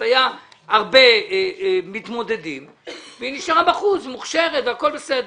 היו הרבה מתמודדים והיא נשארה בחוץ והיא מוכשרת והכול בסדר.